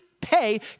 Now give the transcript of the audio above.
pay